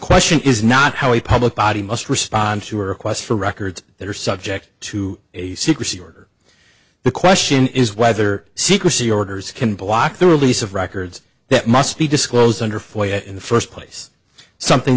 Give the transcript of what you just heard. question is not how a public body must respond to requests for records that are subject to secrecy order the question is whether secrecy orders can block the release of records that must be disclosed under fire in the first place something